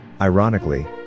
Ironically